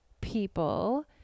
people